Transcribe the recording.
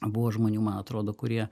buvo žmonių man atrodo kurie